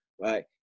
right